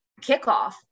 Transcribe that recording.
kickoff